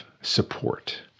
support